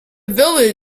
village